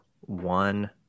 one